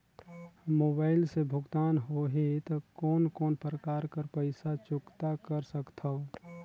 Mobile से भुगतान होहि त कोन कोन प्रकार कर पईसा चुकता कर सकथव?